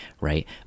right